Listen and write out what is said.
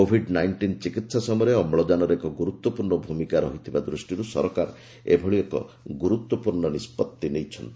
Covid nineteen ଚିକିତ୍ସା ସମୟରେ ଅମ୍ଳଜାନର ଏକ ଗୁରୁତ୍ୱପୂର୍ଣ୍ଣ ଭୂମିକା ରହିଥିବା ଦୃଷ୍ଟିରୁ ସରକାର ଏଭଳି ଏକ ଗୁରୁତ୍ୱପୂର୍ଣ୍ଣ ନିଷ୍ପତ୍ତି ନେଇଛନ୍ତି